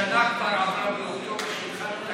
שנה כבר עברה באוקטובר, שהתחלנו את